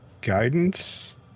guidance